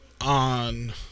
on